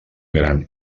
gran